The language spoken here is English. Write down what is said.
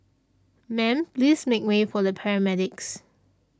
ma'am please make way for the paramedics